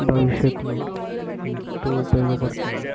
భవిష్యత్తులో ఎంతో ఉపయోగపడుతుంది